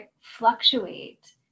fluctuate